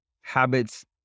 habits